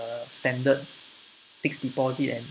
a standard fixed deposit and